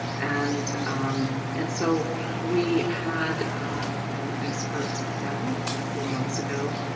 and um and so we had an experts' panel a couple of months ago.